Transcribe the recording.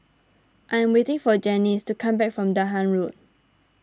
I'm waiting for Janyce to come back from Dahan Road